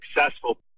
successful